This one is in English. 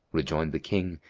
rejoined the king,